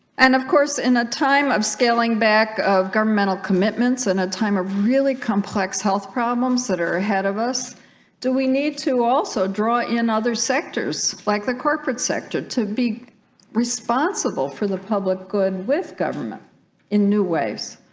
and of course in a time of scaling back of governmental commitments and a time of really complex health problems that are ahead of us do we need to also draw in other sectors like the corporate sector to be responsible for the public good with government in new ways